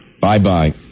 Bye-bye